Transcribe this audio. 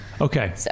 Okay